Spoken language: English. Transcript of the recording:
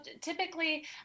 typically